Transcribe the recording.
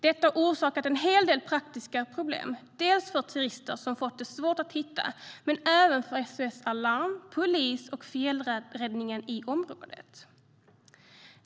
Detta har orsakat en hel del praktiska problem för turister, som har fått det svårt att hitta, men även för SOS Alarm, polis och fjällräddningen i området.